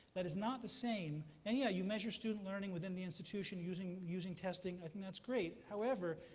that is not the same. and yeah, you measure student learning within the institution using using testing. i think that's great. however,